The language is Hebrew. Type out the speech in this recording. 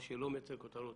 מה שלא מייצר כותרות,